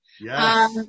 Yes